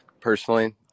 personally